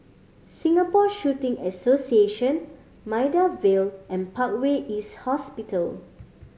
Singapore Shooting Association Maida Vale and Parkway East Hospital